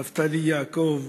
נפתלי יעקב